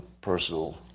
personal